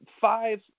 five